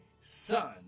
son